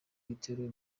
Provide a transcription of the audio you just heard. ibitero